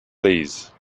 please